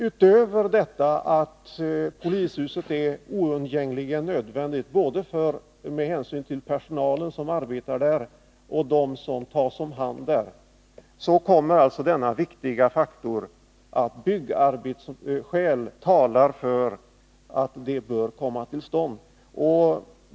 Utöver det att polishuset är oundgängligen nödvändigt, med hänsyn till både personalen som arbetar där och dem som tas om hand där, kommer alltså denna viktiga faktor att byggarbetsskäl talar för att bygget bör komma till stånd.